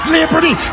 liberty